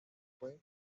fue